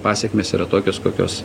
pasekmės yra tokios kokios